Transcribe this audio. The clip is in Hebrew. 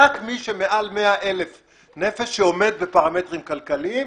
רק מי שמעל 100 אלף נפש שעומד בפרמטרים כלכליים,